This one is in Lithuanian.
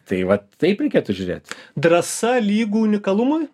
tai vat taip reikėtų žiūrėt drąsa lygu unikalumui